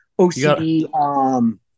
OCD –